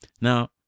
Now